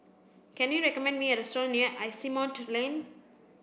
can you recommend me a restaurant near Asimont Lane